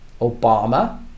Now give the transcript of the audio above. Obama